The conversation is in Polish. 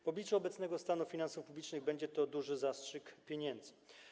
W obliczu obecnego stanu finansów publicznych będzie to duży zastrzyk pieniędzy.